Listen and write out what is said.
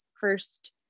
first